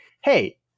hey